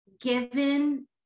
given